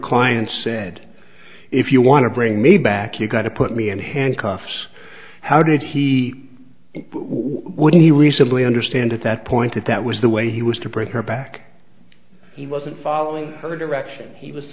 client said if you want to bring me back you've got to put me in handcuffs how did he wouldn't he recently understand at that point that that was the way he was to bring her back he wasn't following her direction he was